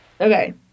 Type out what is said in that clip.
okay